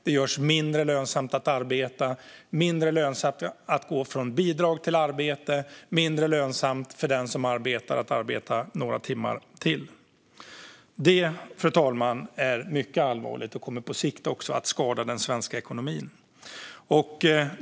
Det gör det mindre lönsamt att arbeta, mindre lönsamt att gå från bidrag till arbete, mindre lönsamt för den som arbetar att arbeta några timmar till. Detta, fru talman, är mycket allvarligt och kommer på sikt också att skada den svenska ekonomin.